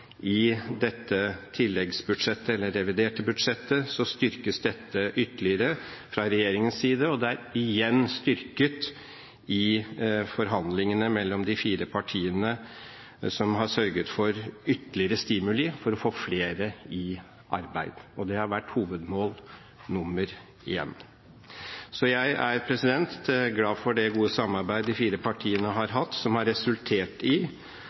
I dette tilleggsbudsjettet eller reviderte budsjettet styrkes dette ytterligere fra regjeringens side, og det er igjen styrket i forhandlingene mellom de fire partiene, som har sørget for ytterligere stimuli for å få flere i arbeid. Det har vært hovedmål nr. 1. Jeg er glad for det gode samarbeidet de fire partiene har hatt, som har resultert i